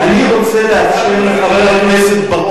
אני רוצה לאפשר לחבר הכנסת בר-און,